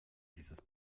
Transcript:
dieses